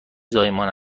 زایمان